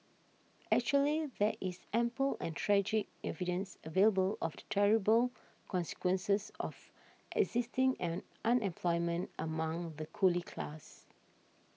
actually there is ample and tragic evidence available of the terrible consequences of existing an unemployment among the coolie class